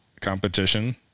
competition